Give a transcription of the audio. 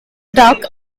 duck